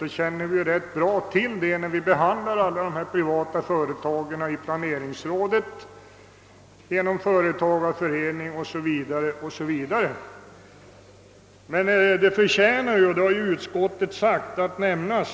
Att de privata företagen stöttades upp känner vi väl till genom de diskussioner vi har med företagarföreningar också i planeringsrådet.